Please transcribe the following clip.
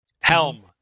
helm